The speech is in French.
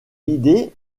idée